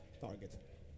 target